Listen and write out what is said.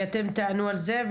משרד התחבורה תענו על זה,